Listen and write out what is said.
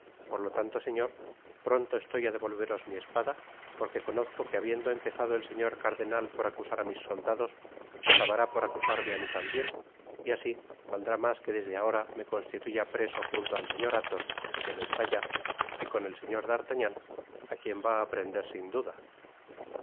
por lo tanto señor pronto estoy á devolveros mi espada porque conozco que habiendo empezado el señor cardenal por acusar á mis soldados acabará por acusarme á mi tambien y asi valdrá mas que desde ahora me constituya preso junto con el señor athos que lo está ya y con el señor d'artagnan á quien van á prender sin duda